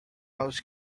most